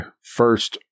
first